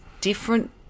different